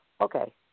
Okay